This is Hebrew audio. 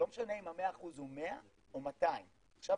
לא משנה אם ה-100% הוא 100 או 200. עכשיו